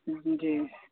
जी